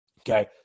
Okay